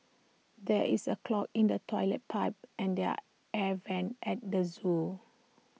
there is A clog in the Toilet Pipe and the are air Vents at the Zoo